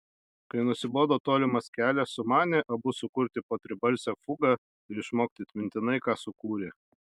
kai nusibodo tolimas kelias sumanė abu sukurti po tribalsę fugą ir išmokti atmintinai ką sukūrė